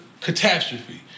catastrophe